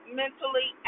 mentally